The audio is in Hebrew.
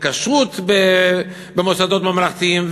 כשרות במוסדות ממלכתיים,